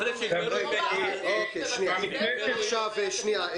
כמו העסקים הקטנים.